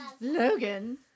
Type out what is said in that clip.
Logan